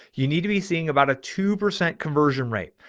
you need to be seeing about a two percent conversion rate.